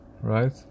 right